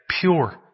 pure